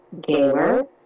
gamer